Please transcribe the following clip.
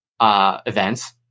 events